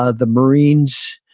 ah the marines,